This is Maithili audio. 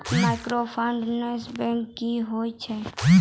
माइक्रोफाइनांस बैंक की होय छै?